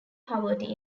poverty